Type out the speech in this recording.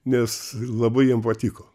nes labai jiem patiko